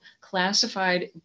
classified